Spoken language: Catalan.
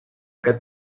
aquest